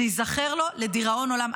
זה ייזכר לו לדיראון עולם.